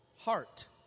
heart